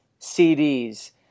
CDs